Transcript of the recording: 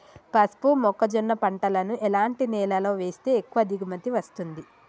పసుపు మొక్క జొన్న పంటలను ఎలాంటి నేలలో వేస్తే ఎక్కువ దిగుమతి వస్తుంది?